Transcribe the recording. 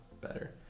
better